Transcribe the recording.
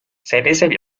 sellisel